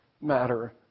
matter